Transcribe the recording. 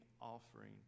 offering